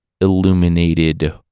illuminated